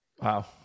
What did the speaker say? Wow